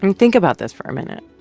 and think about this for a minute.